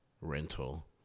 rental